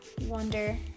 wonder